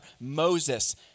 Moses